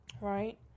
right